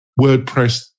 WordPress